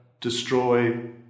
destroy